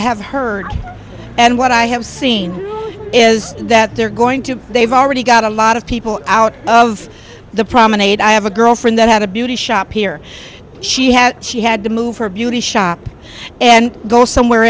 have heard and what i have seen is that they're going to they've already got a lot people out of the promenade i have a girlfriend that had a beauty shop here she had she had to move her beauty shop and go somewhere